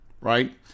right